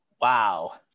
Wow